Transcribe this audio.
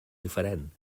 diferent